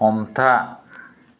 हमथा